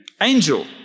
angel